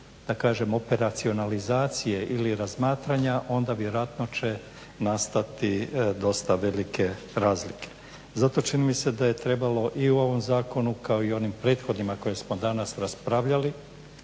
da kažem operacionalizacije ili razmatranja onda vjerojatno će nastati dosta velike razlike. Zato čini mi se da je trebalo i u ovom zakonu, kao i u onim prethodnima koje smo danas raspravljali,